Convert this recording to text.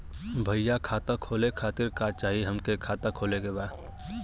भईया खाता खोले खातिर का चाही हमके खाता खोले के बा?